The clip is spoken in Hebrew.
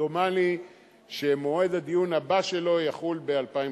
דומני שמועד הדיון הבא שלו יחול ב-2015.